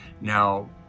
now